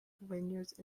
vineyards